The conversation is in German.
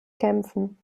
kämpfen